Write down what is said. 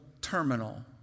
Terminal